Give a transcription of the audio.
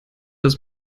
des